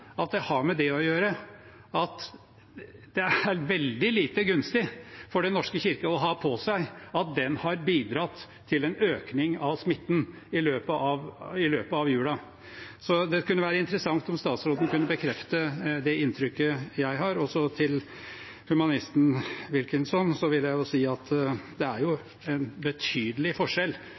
har å gjøre med at det ville være veldig lite gunstig for Den norske kirke å ha på seg at den har bidratt til en økning av smitten i løpet av julen. Det kunne være interessant om statsråden kunne bekrefte det inntrykket jeg har. Til humanisten Wilkinson vil jeg si at det er en betydelig forskjell